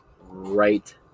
right